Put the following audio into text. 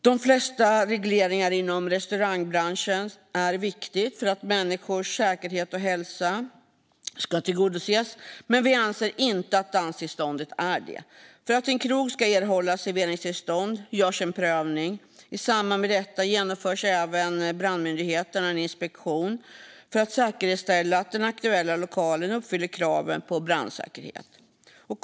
De flesta regleringar inom restaurangbranschen är viktiga för att människors säkerhet och hälsa ska tryggas, men vi anser inte att danstillståndet är en av dem. För att en krog ska erhålla serveringstillstånd görs en prövning. I samband med detta genomför även brandmyndigheterna en inspektion för att säkerställa att den aktuella lokalen uppfyller brandsäkerhetskraven.